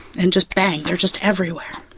and just, bang, they're just everywhere.